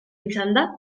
izanda